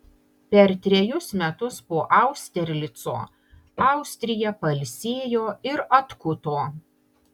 per trejus metus po austerlico austrija pailsėjo ir atkuto